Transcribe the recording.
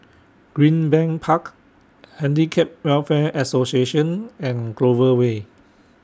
Greenbank Park Handicap Welfare Association and Clover Way